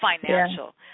financial